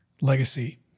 Legacy